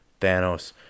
Thanos